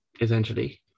essentially